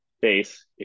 base